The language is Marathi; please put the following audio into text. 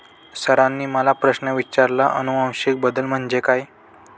सरांनी मला प्रश्न विचारला आनुवंशिक बदल म्हणजे काय?